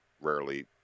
rarely